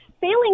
failing